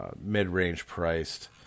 mid-range-priced